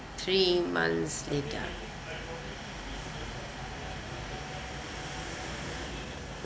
three months later